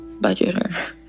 budgeter